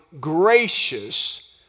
gracious